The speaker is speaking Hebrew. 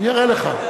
אני אראה לך.